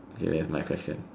okay then my question